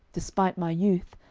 despite my youth,